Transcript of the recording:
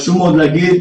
חשוב מאוד להגיד,